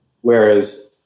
whereas